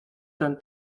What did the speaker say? ten